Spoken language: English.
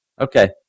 Okay